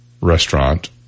restaurant